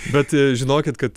bet žinokit kad